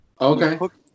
Okay